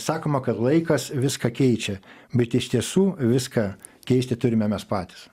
sakoma kad laikas viską keičia bet iš tiesų viską keisti turime mes patys